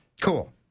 Cool